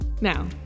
Now